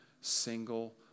single